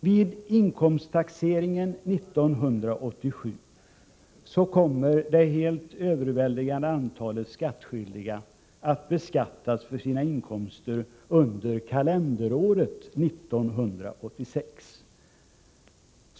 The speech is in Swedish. Vid inkomsttaxeringen 1987 kommer det helt överväldigande antalet skattskyldiga att beskattas för sina inkomster under kalenderåret 1986.